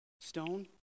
Stone